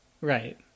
Right